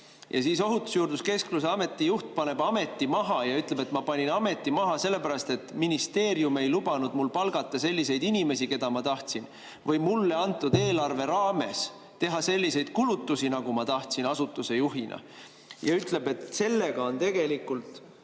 Ja siis Ohutusjuurdluse Keskuse ameti juht paneb ameti maha ja ütleb, et ma panin ameti maha, sellepärast et ministeerium ei lubanud mul palgata selliseid inimesi, keda ma tahtsin, või mulle antud eelarve raames teha selliseid kulutusi, nagu ma asutuse juhina tahtsin teha, ja ütleb, et sellega on tegelikult